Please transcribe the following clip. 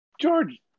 George